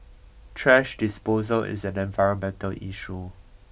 thrash disposal is an environmental issue